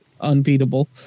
unbeatable